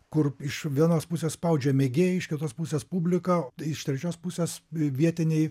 kur iš vienos pusės spaudžia mėgėjai iš kitos pusės publika iš trečios pusės vietiniai